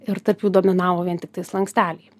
ir tarp jų dominavo vien tiktai slanksteliai